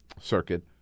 Circuit